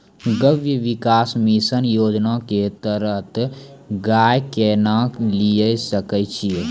गव्य विकास मिसन योजना के तहत गाय केना लिये सकय छियै?